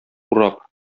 урап